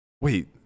wait